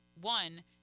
one